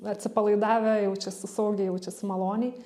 atsipalaidavę jaučiasi saugiai jaučiasi maloniai